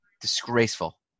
disgraceful